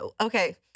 Okay